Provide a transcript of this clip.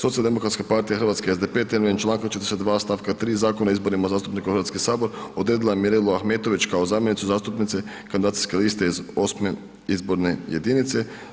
Socijaldemokratska partija Hrvatske, SDP temeljem čl. 42. stavka 3. Zakona o izborima zastupnika u Hrvatski sabor, odredila je Mirelu Ahmetović kao zamjenicu zastupnice kandidacijske liste iz VIII. izborne jedinice.